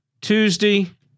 Tuesday